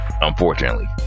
unfortunately